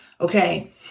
Okay